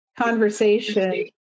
conversation